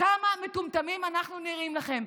כמה מטומטמים אנחנו נראים לכם?